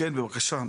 כן בבקשה,